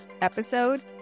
episode